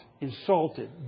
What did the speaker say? insulted